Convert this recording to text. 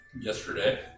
yesterday